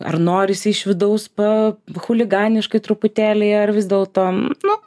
ar norisi iš vidaus pa chuliganiškai truputėlį ar vis dėlto nu